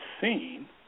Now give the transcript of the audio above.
seen